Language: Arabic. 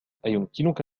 أيمكنك